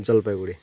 Jalpaiguri